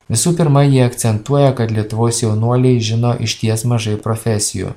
visų pirma jie akcentuoja kad lietuvos jaunuoliai žino išties mažai profesijų